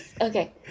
Okay